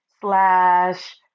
slash